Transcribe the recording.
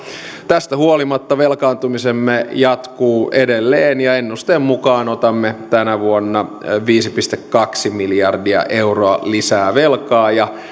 tästä huolimatta velkaantumisemme jatkuu edelleen ja ennusteen mukaan otamme tänä vuonna viisi pilkku kaksi miljardia euroa lisää velkaa ja